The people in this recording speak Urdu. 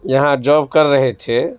یہاں جاب کر رہے تھے